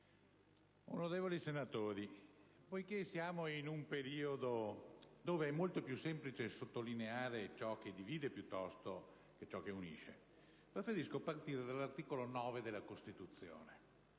onorevoli senatori, poiché siamo in un periodo dove è molto più semplice sottolineare ciò che divide piuttosto che ciò che unisce, preferisco partire dall'articolo 9 della Costituzione